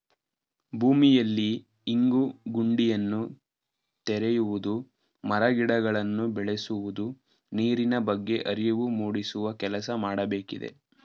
ಭೂಮಿಯಲ್ಲಿ ಇಂಗು ಗುಂಡಿಯನ್ನು ತೆರೆಯುವುದು, ಮರ ಗಿಡಗಳನ್ನು ಬೆಳೆಸುವುದು, ನೀರಿನ ಬಗ್ಗೆ ಅರಿವು ಮೂಡಿಸುವ ಕೆಲಸ ಮಾಡಬೇಕಿದೆ